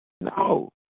No